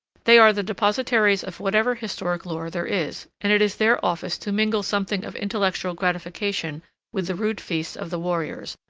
they are the depositaries of whatever historic lore there is, and it is their office to mingle something of intellectual gratification with the rude feasts of the warriors,